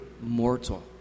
mortal